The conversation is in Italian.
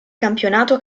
campionato